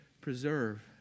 preserve